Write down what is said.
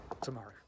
tomorrow